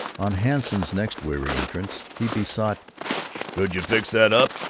on hanson's next weary entrance he besought could you fix that up?